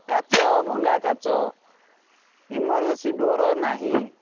କାଚ ଭଙ୍ଗା କାଚ ଇମରଜେନ୍ସି ଡୋର୍ ନାହିଁ